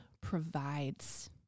provides